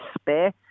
spare